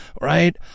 right